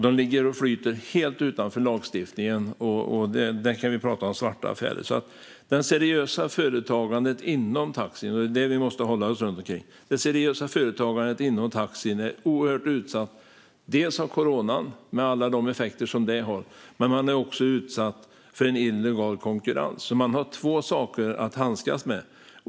De ligger och flyter helt utanför lagstiftningen. Där kan vi prata om svarta affärer. Det seriösa företagandet inom taxi, som är det vi måste hålla oss till, är oerhört utsatt för coronan, med alla de effekter som den har, men också för en illegal konkurrens. Man har alltså två saker att handskas med.